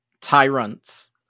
tyrants